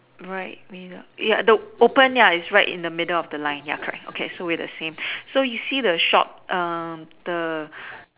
right middle ya the open ya its right in the middle of the line ya correct so we are the same so you see the shop um the